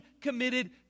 committed